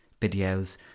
videos